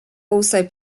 also